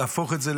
להפוך את זה,